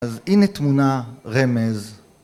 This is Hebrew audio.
‫אז הנה תמונה רמז.